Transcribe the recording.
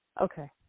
Okay